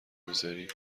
میذاری